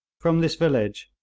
from this village,